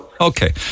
Okay